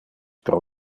pro